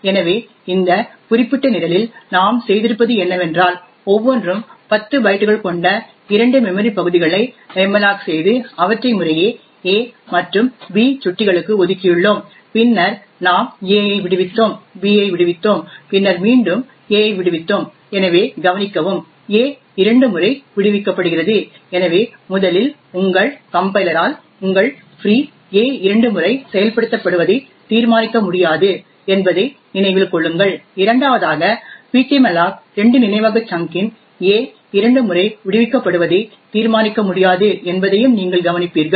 எனவே இந்த குறிப்பிட்ட நிரலில் நாம் செய்திருப்பது என்னவென்றால் ஒவ்வொன்றும் 10 பைட்டுகள் கொண்ட இரண்டு மெமரி பகுதிகளை மல்லோக் செய்து அவற்றை முறையே a மற்றும் b சுட்டிகளுக்கு ஒதுக்கியுள்ளோம் பின்னர் நாம் a ஐ விடுவித்தோம் b ஐ விடுவித்தோம் பின்னர் மீண்டும் a ஐ விடுவித்தோம் எனவே கவனிக்கவும் a இரண்டு முறை விடுவிக்கப்படுகிறது எனவே முதலில் உங்கள் கம்பைலரால் உங்கள் ஃப்ரீ a இரண்டு முறை செயல்படுத்தப்படுவதை தீர்மானிக்க முடியாது என்பதை நினைவில் கொள்ளுங்கள் இரண்டாவதாக ptmalloc இரண்டு நினைவக சங்க் இன் a இரண்டு முறை விடுவிக்கப்படுவதை தீர்மானிக்க முடியாது என்பதையும் நீங்கள் கவனிப்பீர்கள்